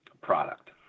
product